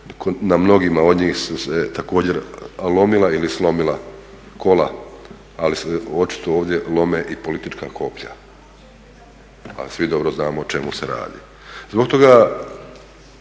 na mnogima od njih su se također lomila ili slomila kola, ali se očito ovdje lome i politička koplja. A svi dobro znamo o čemu se radi. Zbog toga,